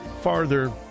farther